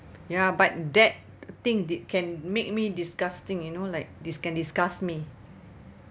ya but that thing they can make me disgusting you know like this can disgust me